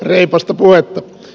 reipasta puhetta